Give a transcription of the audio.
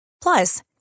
Plus